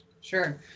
Sure